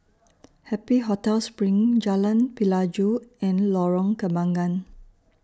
Happy Hotel SPRING Jalan Pelajau and Lorong Kembangan